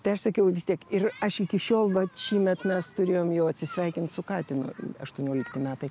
tai aš sakiau vistiek ir aš iki šiol vat šįmet mes turėjom jau atsisveikint su katinu aštuoniolikti metai